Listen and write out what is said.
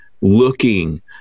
looking